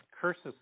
curses